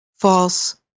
false